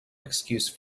excuse